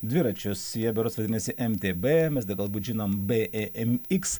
dviračius jie berods vadinasi mtb mes da galbūt žinome b ė m iks